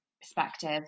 perspective